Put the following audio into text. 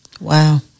Wow